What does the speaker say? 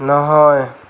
নহয়